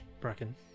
Bracken